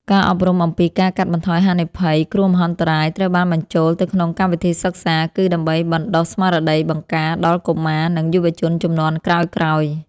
ការអប់រំអំពីការកាត់បន្ថយហានិភ័យគ្រោះមហន្តរាយត្រូវបានបញ្ចូលទៅក្នុងកម្មវិធីសិក្សា គឺដើម្បីបណ្តុះស្មារតីបង្ការដល់កុមារ និងយុវជនជំនាន់ក្រោយៗ។